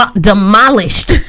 Demolished